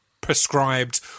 prescribed